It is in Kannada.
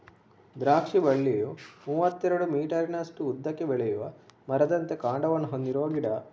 ದ್ರಾಕ್ಷಿ ಬಳ್ಳಿಯು ಮೂವತ್ತೆರಡು ಮೀಟರಿನಷ್ಟು ಉದ್ದಕ್ಕೆ ಬೆಳೆಯುವ ಮರದಂತೆ ಕಾಂಡವನ್ನ ಹೊಂದಿರುವ ಗಿಡ